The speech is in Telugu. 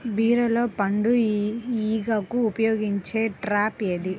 బీరలో పండు ఈగకు ఉపయోగించే ట్రాప్ ఏది?